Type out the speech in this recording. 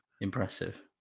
Impressive